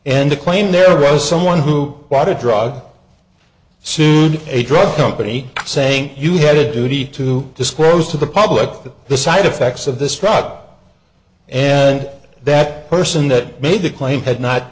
the claim there was someone who bought a drug soon a drug company saying you had a duty to disclose to the public that the side effects of this truck and that person that made that claim had